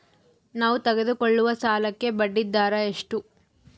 ನಾವು ತೆಗೆದುಕೊಳ್ಳುವ ಸಾಲಕ್ಕೆ ಬಡ್ಡಿದರ ಎಷ್ಟು?